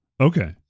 Okay